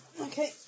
Okay